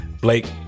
Blake